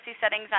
settings